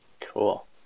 Cool